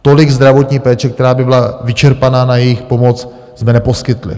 Tolik zdravotní péče, která by byla vyčerpaná na jejich pomoc, jsme neposkytli.